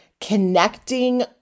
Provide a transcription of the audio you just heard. connecting